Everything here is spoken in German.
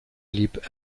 blieb